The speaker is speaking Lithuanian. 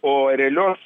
o realios